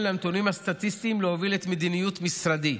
לנתונים הסטטיסטיים להוביל את מדיניות משרדי.